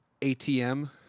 ATM